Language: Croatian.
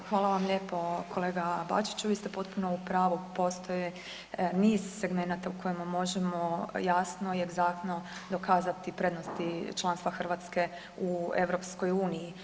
Pa hvala vam lijepo kolega Bačiću, vi ste potpuno u pravu, postoje niz segmenata u kojima možemo jasno i egzaktno dokazati prednosti članstva Hrvatske u EU.